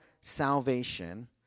salvation